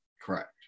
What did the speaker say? Correct